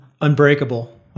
Unbreakable